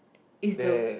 is the